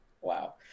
Wow